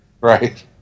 Right